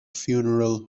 funeral